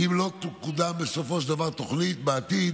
אם לא תקודם בסופו של דבר תוכנית בעתיד